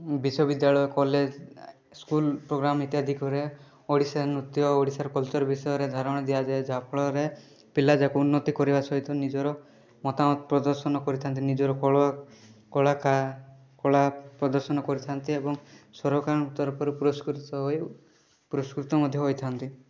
ବିଶ୍ୱବିଦ୍ୟାଳୟ college school programme ଇତ୍ୟାଦି କରିବା ଓଡ଼ିଶାର ନୃତ୍ୟ ଓଡ଼ିଶାର କଲଚର ବିଷୟରେ ଧାରଣା ଦିଆଯାଏ ଯାହାଫଳରେ ପିଲାଯାକ ଉନ୍ନତି କରିବା ସହିତ ନିଜର ମତାମତ ପ୍ରଦର୍ଶନ କରିଥାନ୍ତି ନିଜର କଳା କଳା ପ୍ରଦର୍ଶନ କରିଥାନ୍ତି ଏବଂ ସରକାରଙ୍କ ତରଫରୁ ପୁରସ୍କୃତ ହୋଇ ପୁରସ୍କୃତ ମଧ୍ୟ ହୋଇଥାନ୍ତି